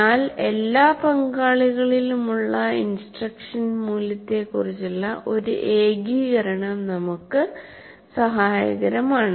എന്നാൽ എല്ലാ പങ്കാളികളിലുമുള്ള ഇൻസ്ട്രക്ഷൻ മൂല്യങ്ങളെക്കുറിച്ചുള്ള ഒരു ഏകീകരണം നമുക്ക് സഹായകരമാണ്